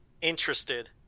interested